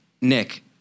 Nick